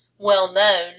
Well-known